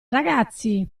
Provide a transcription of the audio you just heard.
ragazzi